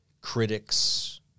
critics